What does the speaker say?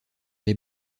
les